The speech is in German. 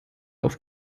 auf